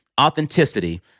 authenticity